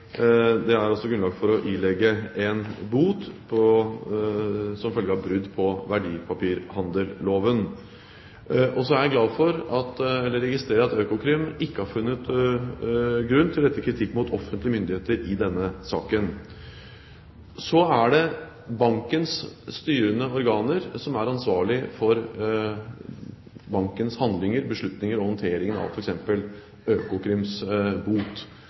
det er grunnlag for å ilegge en bot, som følge av brudd på verdipapirhandelloven. Jeg registrerer at Økokrim ikke har funnet grunn til å rette kritikk mot offentlige myndigheter i denne saken. Det er bankens styrende organer som er ansvarlig for bankens handlinger, beslutninger og f.eks. håndteringen av